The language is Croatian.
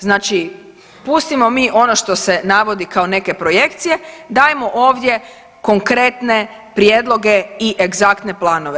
Znači pustimo mi ono što se navodi kao neke projekcije, dajemo ovdje konkretne prijedloga i egzaktne planove.